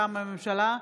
מטעם הממשלה: